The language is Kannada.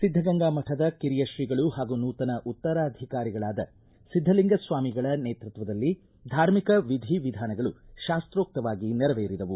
ಸಿದ್ಧಗಂಗಾ ಮಠದ ಕಿರಿಯ ಶ್ರೀಗಳು ಹಾಗೂ ನೂತನ ಉತ್ತರಾಧಿಕಾರಿಗಳಾದ ಸಿದ್ಧಲಿಂಗ ಸ್ವಾಮಿಗಳ ನೇತೃತ್ವದಲ್ಲಿ ಧಾರ್ಮಿಕ ವಿಧಿ ವಿಧಾನಗಳು ಶಾಸ್ತೋಕ್ತವಾಗಿ ನೆರವೇರಿದವು